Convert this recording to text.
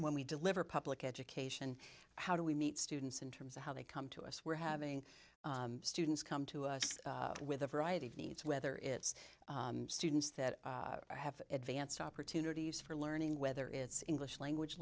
when we deliver public education how do we meet students in terms of how they come to us we're having students come to us with a variety of needs whether it's students that have advanced opportunities for learning whether it's english language